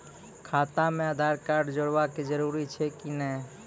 खाता म आधार कार्ड जोड़वा के जरूरी छै कि नैय?